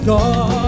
God